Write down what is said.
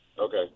Okay